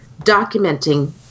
documenting